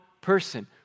person